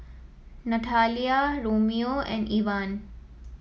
Nathalia Romeo and Evan